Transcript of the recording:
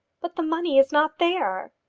but the money is not there.